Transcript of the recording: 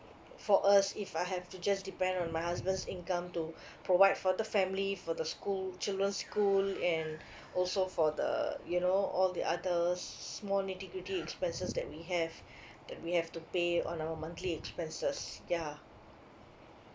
for us if I have to just depend on my husband's income to provide for the family for the school children school and also for the you know all the other small nitty gritty expenses that we have that we have to pay on our monthly expenses yeah